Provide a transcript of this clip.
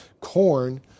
corn